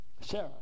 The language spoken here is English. Sarah